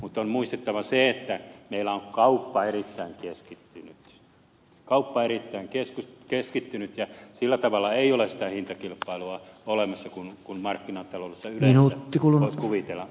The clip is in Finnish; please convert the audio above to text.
mutta on muistettava se että meillä on kauppa erittäin keskittynyt kauppa on erittäin keskittynyt ja sillä tavalla ei ole sitä hintakilpailua olemassa kuin markkinataloudessa yleensä voisi kuvitella olevan